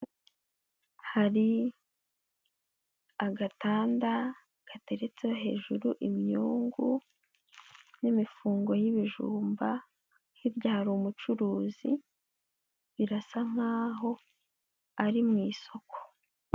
Hari agatanda gateretse hejuru, imyungu n'imifungo y'ibijumba, hirya hari umucuruzi, birasa nkaho ari mu isoko.